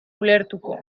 ulertuko